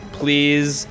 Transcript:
please